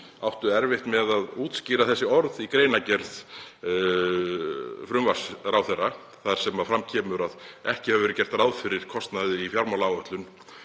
áttu erfitt með að útskýra þessi orð í greinargerð frumvarps ráðherra þar sem fram kemur að ekki hefur verið gert ráð fyrir kostnaði í fjármálaáætlun